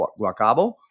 Guacabo